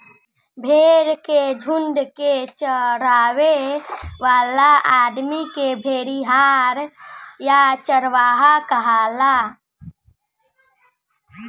भेड़ के झुंड के चरावे वाला आदमी के भेड़िहार या चरवाहा कहाला